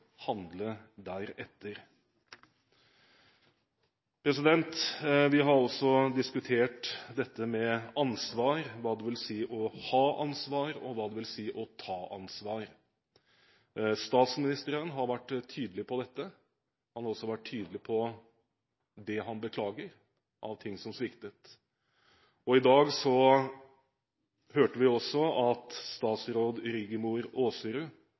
handle deretter. Vi har også diskutert dette med ansvar – hva det vil si å ha ansvar, og hva det vil si å ta ansvar. Statsministeren har vært tydelig på dette. Han har også vært tydelig på det han beklager av ting som sviktet. I dag hørte vi også at statsråd